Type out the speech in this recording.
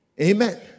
Amen